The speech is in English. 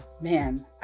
Man